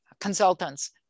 consultants